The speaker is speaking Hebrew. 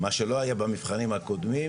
מה שלא היה במבחנים הקודמים,